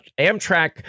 Amtrak